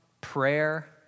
prayer